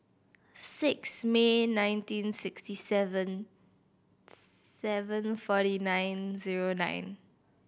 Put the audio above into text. six May nineteen sixty seven seven forty nine zero nine